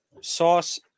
Sauce